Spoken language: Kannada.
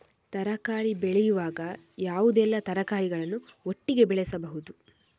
ತರಕಾರಿ ಬೆಳೆಯುವಾಗ ಯಾವುದೆಲ್ಲ ತರಕಾರಿಗಳನ್ನು ಒಟ್ಟಿಗೆ ಬೆಳೆಸಬಹುದು?